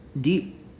deep